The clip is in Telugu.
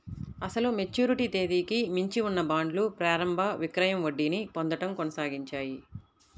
అసలు మెచ్యూరిటీ తేదీకి మించి ఉన్న బాండ్లు ప్రారంభ విక్రయం వడ్డీని పొందడం కొనసాగించాయి